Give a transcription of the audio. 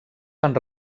fan